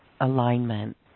alignment